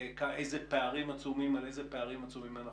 על איזה פערים עצומים אנחנו מדברים.